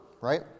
Right